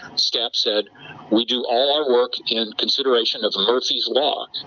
um steps said we do our work in consideration of the murphy's law.